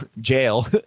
jail